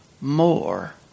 more